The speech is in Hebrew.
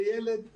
לילד לחודש.